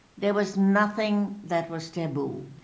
there was nothing that was taboo.